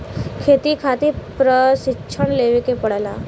खेती खातिर प्रशिक्षण लेवे के पड़ला